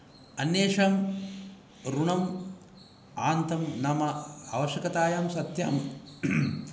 अन्येषाम् ऋणं आन्तं नाम आवश्यकतायां सत्याम्